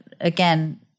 again